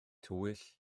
tywyll